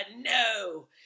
no